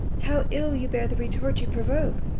how ill you bear the retort you provoke.